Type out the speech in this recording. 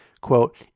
Quote